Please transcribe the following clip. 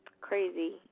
Crazy